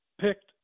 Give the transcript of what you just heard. picked